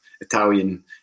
Italian